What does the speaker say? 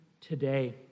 today